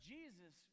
Jesus